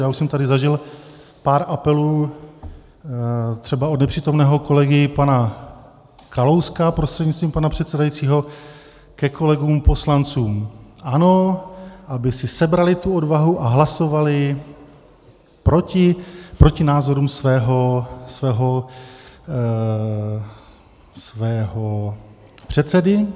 Já už jsem tady zažil pár apelů třeba od nepřítomného kolegy pana Kalouska prostřednictvím pana předsedajícího ke kolegům poslancům ANO, aby si sebrali tu odvahu a hlasovali proti, proti názorům svého předsedy.